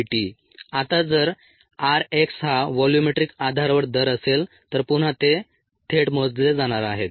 rgddtVdxdt आता जर r x हा व्हॉल्यूमेट्रिक आधारावर दर असेल तर पुन्हा ते थेट मोजले जाणारे आहेत